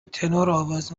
تنورآواز